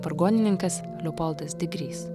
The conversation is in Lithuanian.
vargonininkas leopoldas digrys